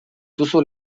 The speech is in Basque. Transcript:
duzu